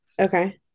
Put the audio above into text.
okay